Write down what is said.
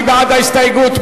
מי בעד ההסתייגות?